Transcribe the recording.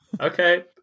okay